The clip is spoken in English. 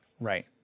Right